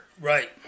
Right